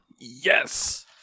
Yes